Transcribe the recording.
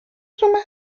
suma